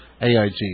AIG